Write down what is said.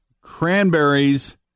cranberries